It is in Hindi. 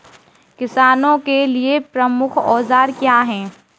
किसानों के लिए प्रमुख औजार क्या हैं?